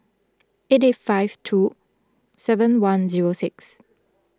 eight eight five two seven one zero six